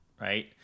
right